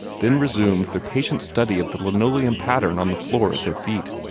then resumed their patient study of the linoleum pattern on the floor at their feet.